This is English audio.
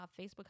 Facebook